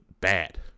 bad